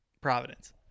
Providence